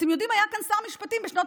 אתם יודעים, היה כאן שר משפטים בשנות